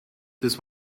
this